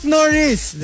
Norris